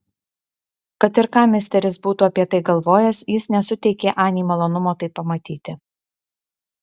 kad ir ką misteris būtų apie tai galvojęs jis nesuteikė anei malonumo tai pamatyti